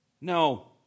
No